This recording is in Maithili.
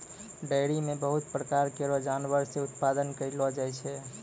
डेयरी म बहुत प्रकार केरो जानवर से उत्पादन करलो जाय छै